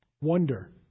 wonder